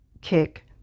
kick